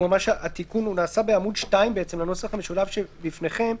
שנעשה בעמ' 2 בנוסח המשולב שלפניכם.